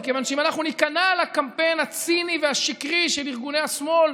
מכיוון שאם אנחנו ניכנע לקמפיין הציני והשקרי של ארגוני השמאל,